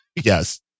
yes